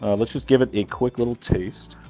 ah let's just give it a quick, little taste.